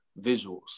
visuals